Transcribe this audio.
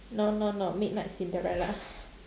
no no no midnight-cinderella